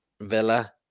Villa